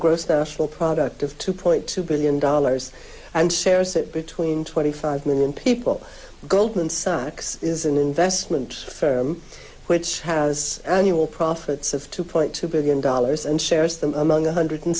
gross national product of two point two billion dollars and shares it between twenty five million people goldman sachs is an investment firm which has your profits of two point two billion dollars and shares them among one hundred